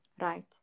right